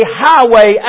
highway